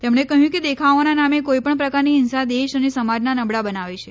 તેમણે કહ્યું કે દેખાવોના નામે કોઈ પણ પ્રકારની હિંસા દેશ અને સમાજને નબળા બનાવે છે